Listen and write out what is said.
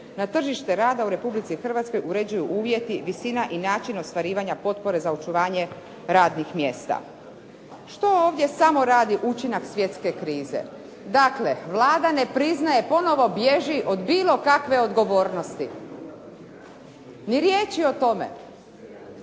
na tržište rada u Republici Hrvatskoj uređuju uvjeti, visina i način ostvarivanja potpore za očuvanje radnih mjesta. Što ovdje samo radi učinak svjetske krize? Dakle, Vlada ne priznaje, ponovo bježi od bilo kakve odgovornosti, ni riječi o tome.